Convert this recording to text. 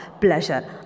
pleasure